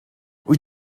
wyt